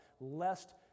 lest